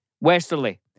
Westerly